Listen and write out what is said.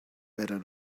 better